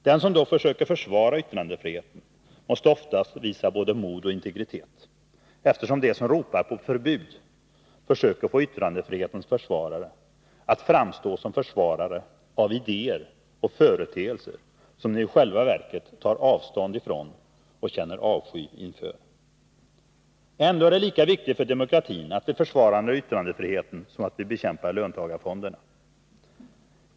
Den som då försöker försvara yttrandefriheten måste oftast visa både mod och integritet, eftersom de som ropar på förbud försöker få yttrandefrihetens försvarare att framstå som försvarare av idéer och företeelser som de i själva verket tar avstånd från och känner avsky inför. Ändå är det lika viktigt för demokratin att försvara yttrandefriheten som att bekämpa löntagarfonderna.